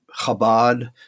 Chabad